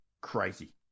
crazy